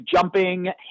jumping